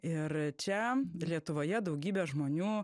ir čia lietuvoje daugybė žmonių